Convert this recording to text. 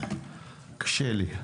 זה קשה לי,